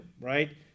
right